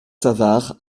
savart